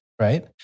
Right